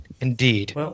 indeed